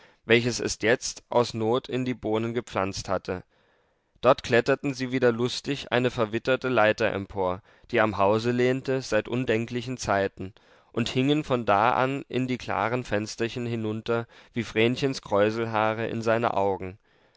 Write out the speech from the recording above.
welches es jetzt aus not in die bohnen gepflanzt hatte dort kletterten sie wieder lustig eine verwitterte leiter empor die am hause lehnte seit undenklichen zeiten und hingen von da an in die klaren fensterchen hinunter wie vrenchens kräuselhaare in seine augen